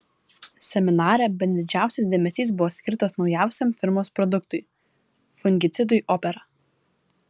seminare bene didžiausias dėmesys buvo skirtas naujausiam firmos produktui fungicidui opera